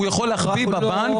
הוא יכול להחביא בבנק,